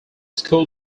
school